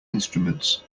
instruments